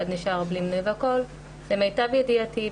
למיטב ידיעתי,